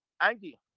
Angie